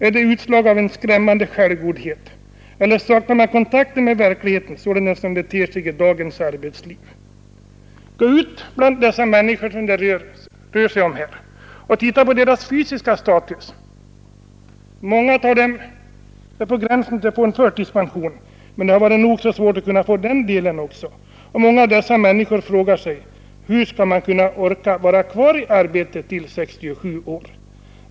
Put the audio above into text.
Är det utslag av en skrämmande självgodhet eller saknar man kontakter med verkligheten och med dagens arbetsliv? Gå ut till de människor som det rör sig om här och titta på deras fysiska status! Många av dem är på gränsen till att få förtidspension, men de har svårt att få en sådan också, och många frågar sig: Hur skall man kunna orka vara kvar i arbetet till 67 år?